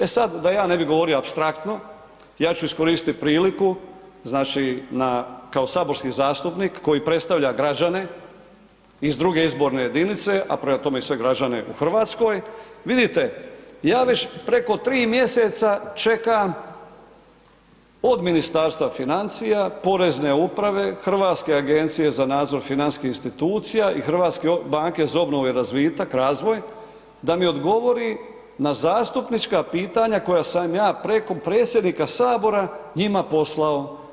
E sad, da ja ne bi govorio apstraktno ja ću iskoristiti priliku, znači na kao saborski zastupnik koji predstavlja građane iz druge izborne jedinice, a prema tome i sve građane u Hrvatskoj, vidite ja već preko 3 mjeseca čekam od Ministarstva financija, Porezne uprave, Hrvatske agencije za nadzor financijskih institucija i Hrvatske banke za obnovu i razvitak, razvoj, da mi odgovori na zastupnička pitanja koja sam ja preko predsjednika sabora njima poslao.